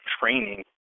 training